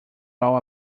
all